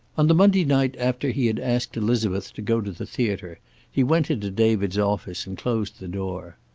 on the monday night after he had asked elizabeth to go to the theater he went into david's office and closed the door.